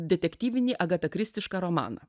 detektyvinį agatakristišką romaną